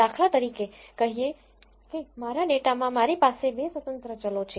દાખલા તરીકે કહીએ કે મારા ડેટામાં મારી પાસે 2 સ્વતંત્ર ચલો છે